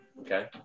Okay